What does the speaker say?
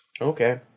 Okay